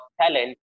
talent